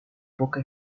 poca